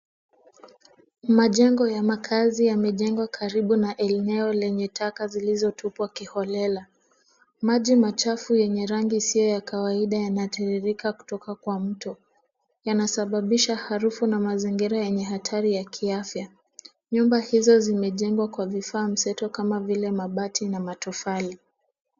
Majengo ya makaazi yamejengwa karibu na eneo lenye taka zilizotupwa kiholela maji machafu yenye rangi isiyo ya kawaida yanatiririka kutoka kwa mto , yanasababisha harufu na mazingira yenye hatari ya kiafya. Nyumba hizo zimejengwa kwa vifaa vya mseto kama vile mabati na matofali.